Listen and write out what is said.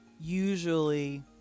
usually